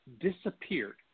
disappeared